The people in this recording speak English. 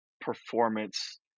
performance